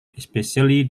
especially